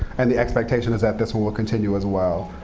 and the expectation is that this one will continue as well.